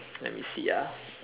let me see ah